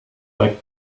like